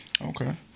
okay